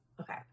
Okay